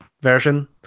version